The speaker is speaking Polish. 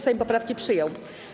Sejm poprawki przyjął.